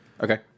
Okay